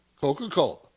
Coca-Cola